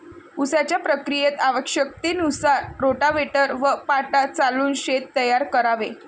उसाच्या प्रक्रियेत आवश्यकतेनुसार रोटाव्हेटर व पाटा चालवून शेत तयार करावे